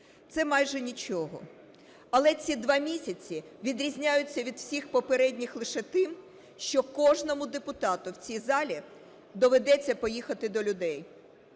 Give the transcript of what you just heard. Це майже нічого. Але ці два місяці відрізняються від всіх попередніх лише тим, що кожному депутату в цій залі доведеться поїхати до людей